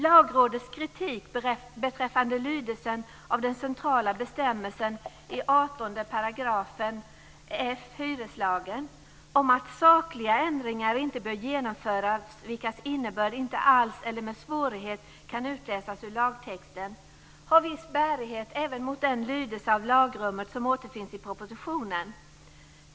Lagrådets kritik beträffande lydelsen av den centrala bestämmelsen i 18 f § hyreslagen, att sakliga ändringar inte bör genomföras vilkas innebörd inte alls eller med svårighet kan utläsas ur lagtexten, har viss bärighet även på den lydelse av lagrummet som återfinns i propositionen.